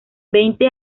veinte